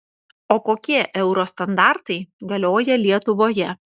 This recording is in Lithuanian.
o kokie euro standartai galioja lietuvoje